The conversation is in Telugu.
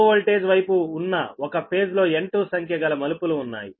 లో వోల్టేజ్ వైపు ఉన్న ఒక ఫేజ్ లో N2 సంఖ్యగల మలుపులు ఉన్నాయి